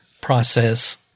process